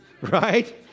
Right